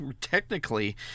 technically